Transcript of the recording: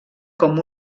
com